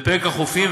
בפרק החופים,